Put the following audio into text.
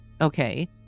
Okay